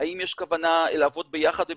יש כוונה לעבוד ביחד ובצוותים,